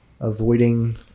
avoiding